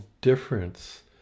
difference